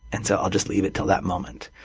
and so i'll just leave it until that moment.